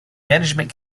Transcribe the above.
management